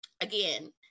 again